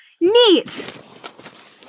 Neat